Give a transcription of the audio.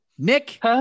Nick